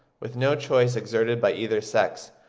with no choice exerted by either sex,